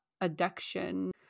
addiction